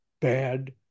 bad